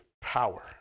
power